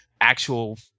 actual